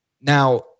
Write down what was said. Now